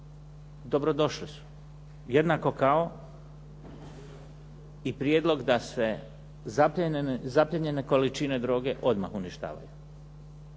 dobrodošli su jednako kao i prijedlog da se zaplijenjene količine droge odmah uništavaju.